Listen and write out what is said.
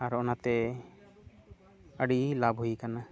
ᱟᱨ ᱚᱱᱟᱛᱮ ᱟᱹᱰᱤ ᱞᱟᱵᱷ ᱦᱩᱭ ᱠᱟᱱᱟ